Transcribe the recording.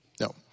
No